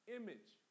image